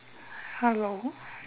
hello